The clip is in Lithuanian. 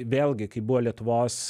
vėlgi kai buvo lietuvos